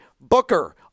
Booker